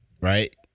Right